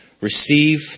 receive